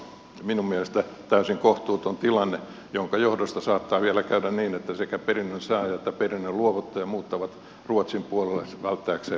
tämä on minun mielestäni täysin kohtuuton tilanne jonka johdosta saattaa vielä käydä niin että sekä perinnön saaja että perinnön luovuttaja muuttavat ruotsin puoles vaatteeksi